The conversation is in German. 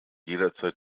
jederzeit